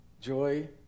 Joy